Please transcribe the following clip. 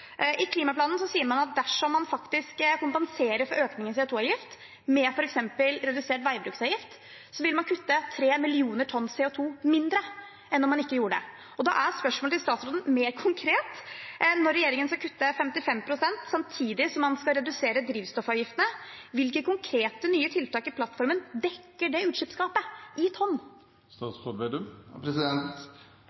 I klimaplanen sier man at dersom man faktisk kompenserer for økning i CO 2 -avgift med f.eks. redusert veibruksavgift, vil man kutte tre millioner tonn CO 2 mindre enn om man ikke gjorde det. Da er spørsmålet til statsråden mer konkret: Når regjeringen skal kutte 55 pst. samtidig som man skal redusere drivstoffavgiftene – hvilke konkrete nye tiltak i plattformen dekker det utslippsgapet i tonn?